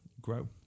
grow